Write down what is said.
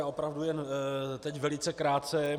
Já opravdu jen teď velice krátce.